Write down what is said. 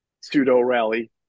pseudo-rally